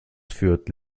fürth